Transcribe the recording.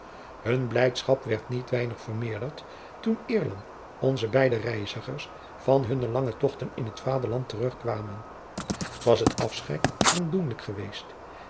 hun blijdschap werd niet weijacob van lennep de pleegzoon nig vermeerderd toen eerlang onze beide reizigers van hunne lange tochten in t vaderland terug kwamen was het afscheid aandoenlijk geweest